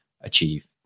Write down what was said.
achieve